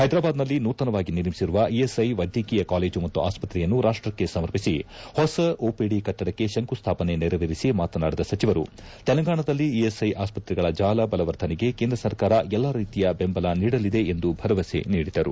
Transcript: ಹೈದರಾಬಾದ್ನಲ್ಲಿ ನೂತನವಾಗಿ ನಿರ್ಮಿಸಿರುವ ಇಎಸ್ಐ ವೈದ್ಯಕೀಯ ಕಾಲೇಜು ಮತ್ತು ಆಸ್ಪತ್ರೆಯನ್ನು ರಾಷ್ಷಕ್ಕೆ ಸಮರ್ಪಿಸಿ ಹೊಸ ಒಪಿಡಿ ಕಟ್ಟಡಕ್ಕೆ ಶಂಕು ಸ್ಥಾಪನೆ ನೆರವೇರಿಸಿ ಮಾತನಾಡಿದ ಸಚಿವರು ತೆಲಂಗಾಣದಲ್ಲಿ ಇಎಸ್ಐ ಆಸ್ಪತ್ರೆಗಳ ಜಾಲ ಬಲವರ್ಧನೆಗೆ ಕೇಂದ್ರ ಸರ್ಕಾರ ಎಲ್ಲಾ ರೀತಿಯ ಬೆಂಬಳ ನೀಡಲಿದೆ ಎಂದು ಭರವಸೆ ನೀಡಿದರು